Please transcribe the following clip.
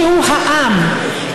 שהוא העם,